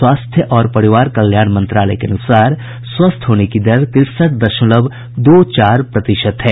स्वास्थ्य और परिवार कल्याण मंत्रालय के अनुसार स्वस्थ होने की दर तिरसठ दशमलव दो चार प्रतिशत है